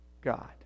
God